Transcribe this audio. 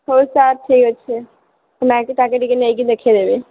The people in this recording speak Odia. ହଉ ସାର୍ ଠିକ୍ ଅଛି ନେଇକି ତାକୁ ଟିକେ ନେଇକି ଦେଖେଇଦେବି